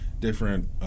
different